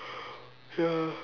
ya